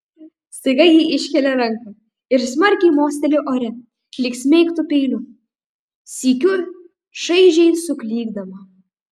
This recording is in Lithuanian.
staiga ji iškelia ranką ir smarkiai mosteli ore lyg smeigtų peiliu sykiu šaižiai suklykdama